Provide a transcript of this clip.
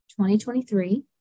2023